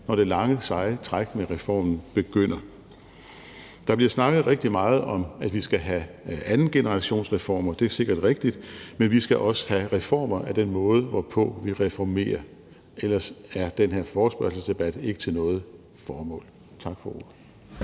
og det lange seje træk med reformen begynder. Der bliver snakket rigtig meget om, at vi skal have andengenerationsreformer, det er sikkert rigtigt, men vi skal også have reformer af den måde, hvorpå vi reformerer. Ellers er den her forespørgselsdebat ikke til noget formål. Tak for ordet.